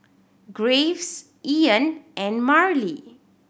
Graves Ian and Merle